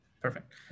Perfect